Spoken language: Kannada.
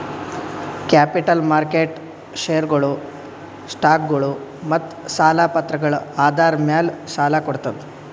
ಕ್ಯಾಪಿಟಲ್ ಮಾರ್ಕೆಟ್ ಷೇರ್ಗೊಳು, ಸ್ಟಾಕ್ಗೊಳು ಮತ್ತ್ ಸಾಲ ಪತ್ರಗಳ್ ಆಧಾರ್ ಮ್ಯಾಲ್ ಸಾಲ ಕೊಡ್ತದ್